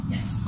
Yes